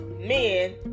men